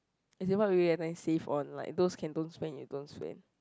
as in what will you save on like those can don't spend you don't spend